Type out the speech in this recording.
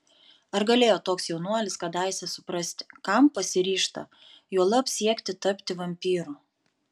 ar galėjo toks jaunuolis kadaise suprasti kam pasiryžta juolab siekti tapti vampyru